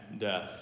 death